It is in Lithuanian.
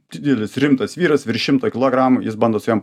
didelis rimtas vyras virš šimto kilogramų jis bando su jom